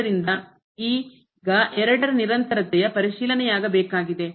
ಆದ್ದರಿಂದ ಈಗ ಎರಡರ ನಿರಂತರತೆಯ ಪರಿಶೀಲನೆಯಾಗಬೇಕಾಗಿದೆ